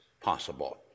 possible